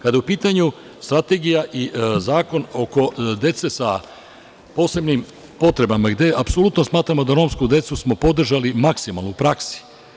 Kada je u pitanju strategija i zakon oko dece sa posebnim potrebama, gde apsolutno smatramo da romsku decu smo podržali maksimalno u praksi.